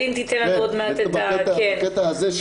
בקטע הזה,